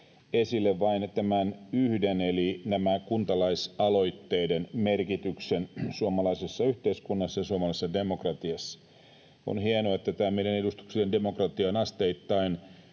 esille vain yhden eli näiden kuntalaisaloitteiden merkityksen suomalaisessa yhteiskunnassa ja suomalaisessa demokratiassa. On hienoa, että meidän edustuksellinen demokratiamme on asteittain